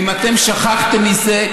ואם אתם שכחתם מזה.